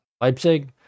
Leipzig